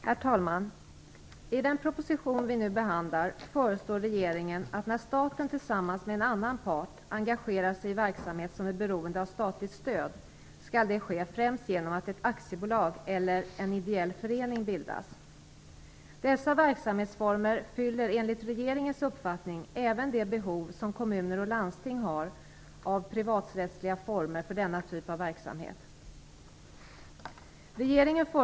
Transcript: Herr talman! I den proposition vi nu behandlar föreslår regeringen att när staten tillsammans med en annan part engagerar sig i verksamhet som är beroende av statligt stöd skall det ske främst genom att ett aktiebolag eller en ideell förening bildas. Dessa verksamhetsformer fyller enligt regeringens uppfattning även de behov som kommuner och landsting har av privaträttsliga former för denna typ av verksamhet.